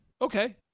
okay